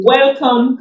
Welcome